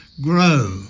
GROW